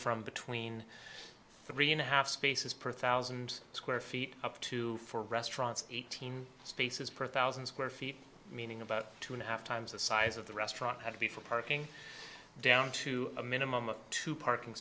from between three and a half spaces per thousand square feet up to four restaurants eighteen spaces per thousand square feet meaning about two and a half times the size of the restaurant had to be for parking down to a minimum of two parking